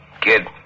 Kid